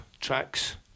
tracks